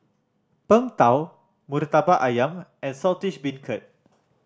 Png Tao Murtabak Ayam and Saltish Beancurd